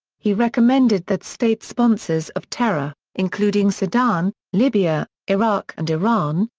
he recommended that state-sponsors of terror, including sudan, libya, iraq and iran,